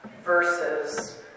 versus